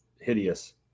hideous